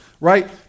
right